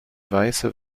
weiße